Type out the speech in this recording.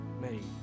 made